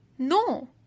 No